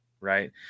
right